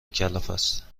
کلافست